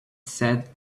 said